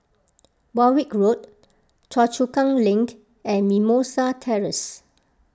Warwick Road Choa Chu Kang Link and Mimosa Terrace